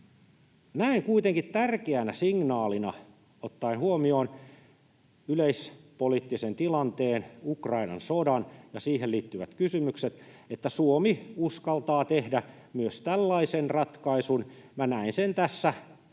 Näen kuitenkin tärkeänä signaalina sen, ottaen huomioon yleispoliittisen tilanteen, Ukrainan sodan ja siihen liittyvät kysymykset, että Suomi uskaltaa tehdä myös tällaisen ratkaisun. Minä näen sen tässä